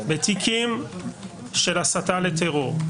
בתיקים של הסתה לטרור,